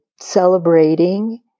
celebrating